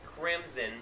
Crimson